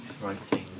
writing